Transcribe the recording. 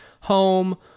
home